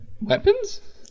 weapons